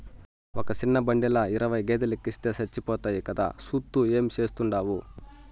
ఒక సిన్న బండిల ఇరవై గేదేలెనెక్కిస్తే సచ్చిపోతాయి కదా, సూత్తూ ఏం చేస్తాండావు